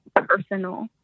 personal